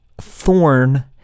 Thorn